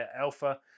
Alpha